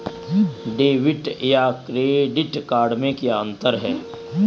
Debit या credit card में क्या अन्तर है?